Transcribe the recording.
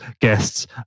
guests